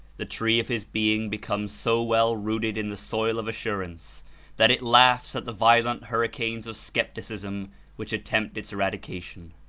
the tree of his being becomes so well rooted in the soil of assurance that it laughs at the violent hurricanes of skepticism which attempt its eradication.